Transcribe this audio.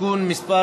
(תיקון מס'